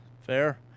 Fair